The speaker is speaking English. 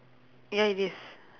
ya it is